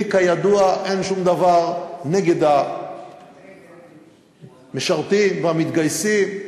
לי, כידוע, אין שום דבר נגד המשרתים והמתגייסים,